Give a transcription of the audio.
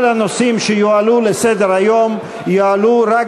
כל הנושאים שיועלו לסדר-היום יעלו רק